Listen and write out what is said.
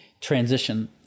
transition